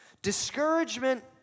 Discouragement